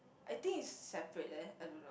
I think is separate leh I don't know